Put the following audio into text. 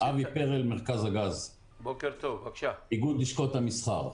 אבי פרל, מרכז הגז, איגוד לשכות המסחר.